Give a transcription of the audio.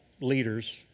leaders